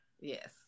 Yes